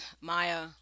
Maya